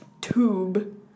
tube